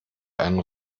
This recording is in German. einen